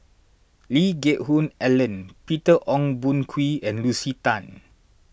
Lee Geck Hoon Ellen Peter Ong Boon Kwee and Lucy Tan